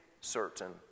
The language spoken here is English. certain